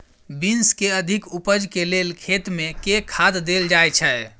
Beans केँ अधिक उपज केँ लेल खेत मे केँ खाद देल जाए छैय?